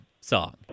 song